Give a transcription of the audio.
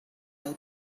her